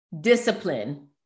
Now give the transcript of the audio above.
discipline